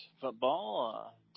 football